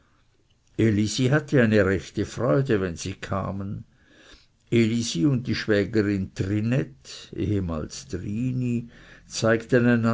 hatte rechte freude wenn sie kamen elisi und die schwägerin trinette ehemals trini